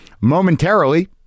momentarily